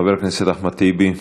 חבר הכנסת אחמד טיבי.